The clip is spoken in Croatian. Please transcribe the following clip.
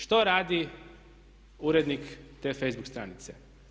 Što radi urednik te facebook stranice?